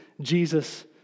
Jesus